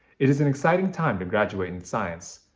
it is an exciting time to graduate in science,